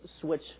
switch